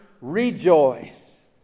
rejoice